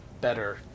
better